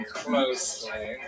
closely